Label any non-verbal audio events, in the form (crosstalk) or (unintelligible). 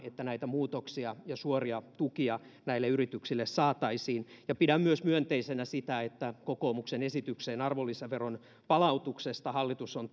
että näitä muutoksia ja suoria tukia yrityksille saataisiin pidän myös myönteisenä sitä että kokoomuksen esitykseen arvonlisäveron palautuksesta hallitus on (unintelligible)